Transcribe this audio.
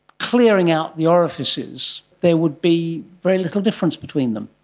clearing out the orifices, there would be very little difference between them.